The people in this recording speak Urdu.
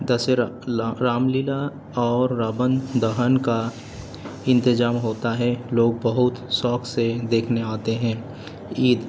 دسہرا رام لیلا اور راون دہن کا انتظام ہوتا ہے لوگ بہت شوق سے دیکھنے آتے ہیں عید